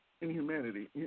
inhumanity